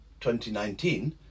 2019